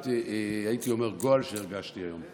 והייתי אומר תחושת הגועל שהרגשתי היום.